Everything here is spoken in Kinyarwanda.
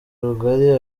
rugari